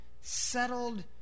settled